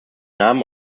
namen